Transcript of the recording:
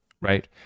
right